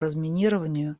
разминированию